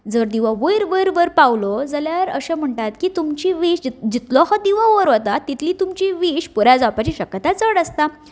जर दिवो वयर वयर वयर पावलो जाल्यार अशें म्हणटात की तुमची व्हीश जी जितलो हो दिवो वयर वता तितलीच तुमची व्हीश पुराय जावपाची शक्यताय चड आसता